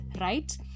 right